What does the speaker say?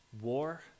war